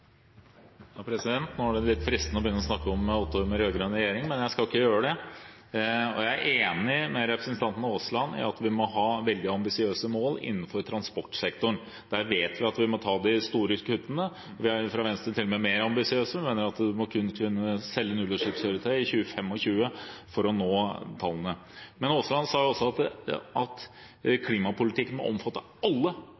Nå er det litt fristende å begynne å snakke om åtte år med rød-grønn regjering, men jeg skal ikke gjøre det. Jeg er enig med representanten Aasland i at vi må ha veldig ambisiøse mål innenfor transportsektoren. Der vet vi at vi må ta de store kuttene. Vi er fra Venstres side til og med mer ambisiøse og mener at vi må kunne selge kun nullutslippskjøretøy i 2025 for å nå tallene. Aasland sa også at